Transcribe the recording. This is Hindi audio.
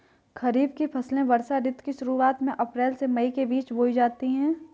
खरीफ की फसलें वर्षा ऋतु की शुरुआत में अप्रैल से मई के बीच बोई जाती हैं